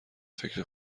فکر